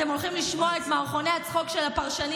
אתם הולכים לשמוע את מערכוני הצחוק של הפרשנים